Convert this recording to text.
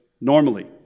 normally